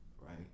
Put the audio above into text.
Right